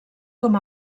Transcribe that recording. com